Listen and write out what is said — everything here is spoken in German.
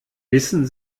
wissen